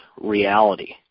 reality